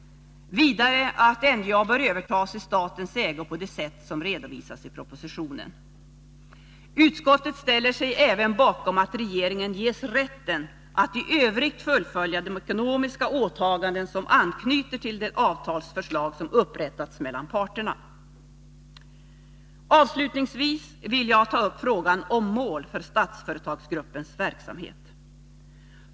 Vidare bör NJA överföras i statens ägo på det sätt som redovisats i propositionen. Utskottet ställer sig även bakom att regeringen ges rätten att i övrigt fullfölja de ekonomiska åtaganden som anknyter till det avtalsförslag som upprättats mellan parterna. Avslutningsvis vill jag ta upp frågan om mål för Statsföretagsgruppens verksamhet.